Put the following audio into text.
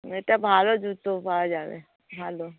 এটা ভালো জুতো পাওয়া যাবে ভালো